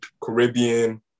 Caribbean